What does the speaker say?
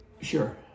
Sure